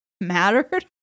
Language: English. mattered